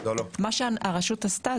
מה שהרשות עשתה,